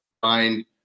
find